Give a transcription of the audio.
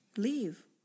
Leave